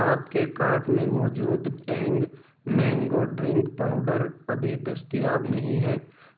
آپ کے کارٹ میں موجود ٹینگ مینگو ڈرنک پاؤڈر ابھی دستیاب نہیں ہے